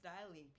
styling